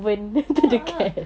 a'ah